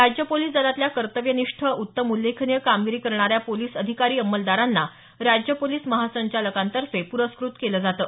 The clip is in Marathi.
राज्य पोलीस दलातल्या कर्तव्यनिष्ठ उत्तम उल्लेखनीय कामगिरी करणाऱ्या पोलीस अधिकारी अंमलदारांना राज्य पोलीस महासंचालकांतर्फे प्रस्क्रत केलं जातं